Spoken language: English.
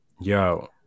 yo